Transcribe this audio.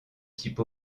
type